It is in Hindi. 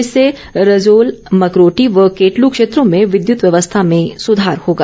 इससे रजोल मकरोटी व केटलु क्षेत्रों में विद्युत व्यवस्था में सुधार होगा